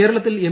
കേരളത്തിൽ എം